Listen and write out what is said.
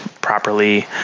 properly